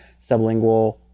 sublingual